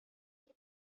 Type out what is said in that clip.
you